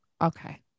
Okay